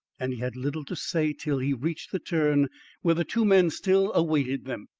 and he had little to say till he reached the turn where the two men still awaited them.